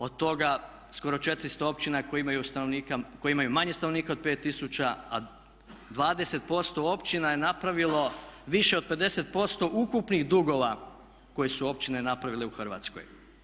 Od toga skoro 400 općina koje imaju manje stanovnika od 5000 a 20% općina je napravilo više od 50% ukupnih dugova koje su općine napravile u Hrvatskoj.